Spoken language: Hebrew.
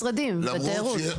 יכול להיות משרדים ותיירות.